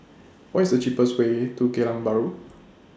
What IS The cheapest Way to Geylang Bahru